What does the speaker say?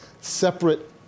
separate